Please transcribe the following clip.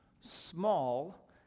small